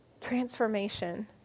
Transformation